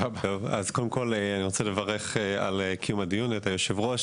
אז קודם כל אני רוצה לברך על קיום הדיון את היושב ראש,